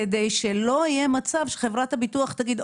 כדי שלא יהיה מצב שחברת הביטוח תגיד,